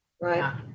right